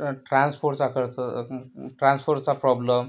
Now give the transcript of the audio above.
तर ट्रान्सपोर्टचा खर्च ट्रान्सपोर्टचा प्रॉब्लम